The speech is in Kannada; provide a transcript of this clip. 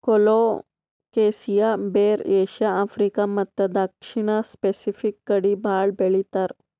ಕೊಲೊಕೆಸಿಯಾ ಬೇರ್ ಏಷ್ಯಾ, ಆಫ್ರಿಕಾ ಮತ್ತ್ ದಕ್ಷಿಣ್ ಸ್ಪೆಸಿಫಿಕ್ ಕಡಿ ಭಾಳ್ ಬೆಳಿತಾರ್